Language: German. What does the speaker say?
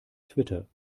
twitter